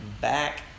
back